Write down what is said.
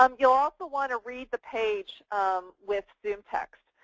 um you also want to read the page with zoom text,